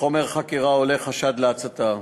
מחומר החקירה עולה חשד להצתה.